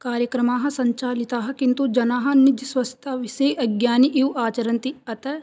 कार्यक्रमाः सञ्चालिताः किन्तु जनाः निजस्वस्थाविषये अज्ञानी इव आचरन्ति अतः